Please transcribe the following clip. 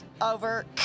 Over